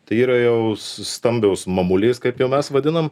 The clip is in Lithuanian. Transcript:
tai yra jau s stambios mamulės kaip jau mes vadinam